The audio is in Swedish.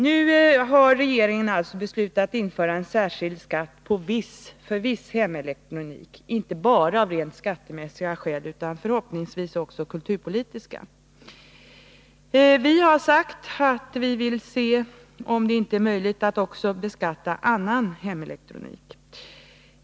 Nu har regeringen alltså beslutat införa en särskild skatt för viss hemelektronik, inte bara av rent skattemässiga skäl utan förhoppningsvis också kulturpolitiska. Vi har sagt att vi vill se om det inte är möjligt att också beskatta annan hemelektronik.